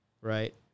right